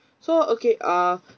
so okay uh